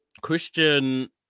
Christian